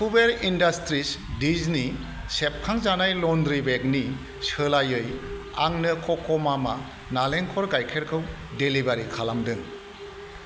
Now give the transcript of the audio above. Kuber industries डिजनि सेबखांजानाय laundry बेगनि सोलायै आंनो कक'मामा नालेंखर गाइखेरखौ डेलिभारि खालामदों